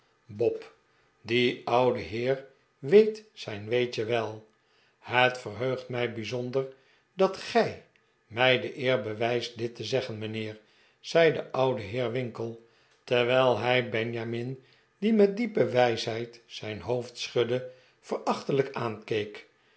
bob die oude heer weet zijn weetje wel het verheugt mij bijzonder dat g ij mij de eer bewijst dit te zeggen mijnheer zei de oude heer winkle terwijl hij benjamin die met diepe wijsheid zijn hoofd schudde verachtelijk